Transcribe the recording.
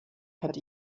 hat